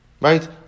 Right